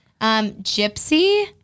Gypsy